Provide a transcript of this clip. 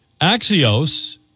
Axios